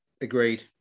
agreed